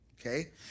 okay